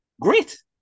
great